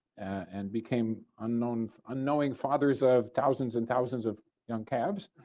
and became unknown unknowing fathers of thousands and thousands of young calves